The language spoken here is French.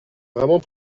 vraiment